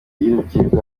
y’urubyiruko